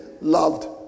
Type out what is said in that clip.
loved